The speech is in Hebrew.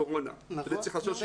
לקורונה ולזה צריך לעשות שינוי חקיקה.